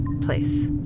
place